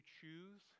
choose